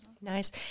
Nice